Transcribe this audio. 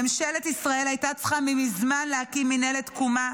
ממשלת ישראל הייתה צריכה כבר מזמן להקים מינהלת תקומה